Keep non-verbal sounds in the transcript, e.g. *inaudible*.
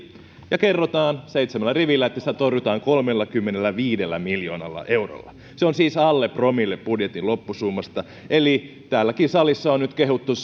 ja kerrotaan seitsemällä rivillä että sitä torjutaan kolmellakymmenelläviidellä miljoonalla eurolla se on siis alle promille budjetin loppusummasta eli täälläkin salissa on nyt kehuttu *unintelligible*